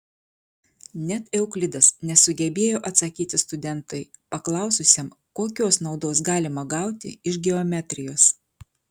net euklidas nesugebėjo atsakyti studentui paklaususiam kokios naudos galima gauti iš geometrijos